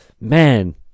man